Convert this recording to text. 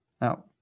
Now